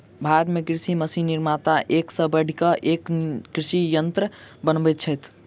भारत मे कृषि मशीन निर्माता एक सॅ बढ़ि क एक कृषि यंत्र बनबैत छथि